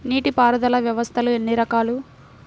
నీటిపారుదల వ్యవస్థలు ఎన్ని రకాలు?